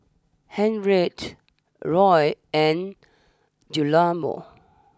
Henriette Loy and Guillermo